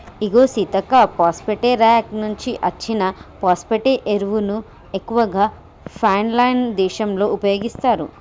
ఇగో Seethakka phosphate rock నుంచి అచ్చిన phosphate ఎరువును ఎక్కువగా ఫిన్లాండ్ దేశంలో ఉపయోగిత్తారు